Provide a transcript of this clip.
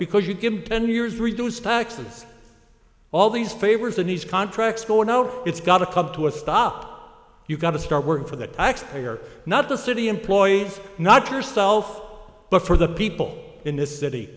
because you give ten years reduce taxes all these favors and these contracts going out it's got to come to a stop you've got to start working for the taxpayer not the city employees not yourself but for the people in this city